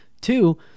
Two